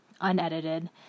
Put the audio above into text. unedited